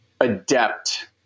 adept